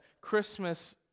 Christmas